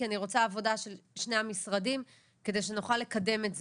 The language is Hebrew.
כי אני רוצה עבודה של שני המשרדים כדי שנוכל לקדם את זה.